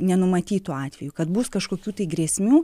nenumatytų atvejų kad bus kažkokių tai grėsmių